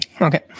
Okay